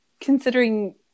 considering